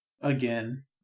again